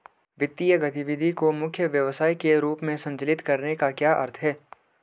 वित्तीय गतिविधि को मुख्य व्यवसाय के रूप में संचालित करने का क्या अर्थ है?